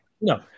no